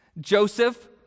Joseph